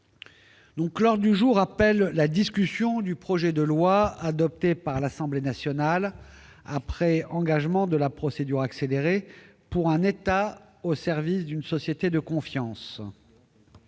L'ordre du jour appelle la discussion du projet de loi, adopté par l'Assemblée nationale après engagement de la procédure accélérée, pour un État au service d'une société de confiance